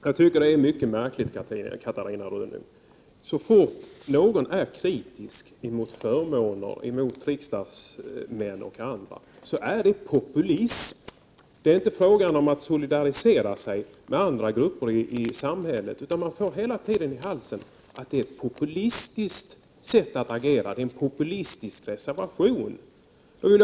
Herr talman! Jag tycker att det är mycket märkligt, Catarina Rönnung, att så snart någon är kritisk emot förmåner för riksdagsmän betecknas det som populism. Det ses inte som att man solidariserar sig med andra grupper i samhället, utan man får hela tiden höra att det är fråga om ett populistiskt sätt att agera och att vår reservation är populistisk.